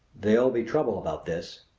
there'll be trouble about this!